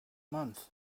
month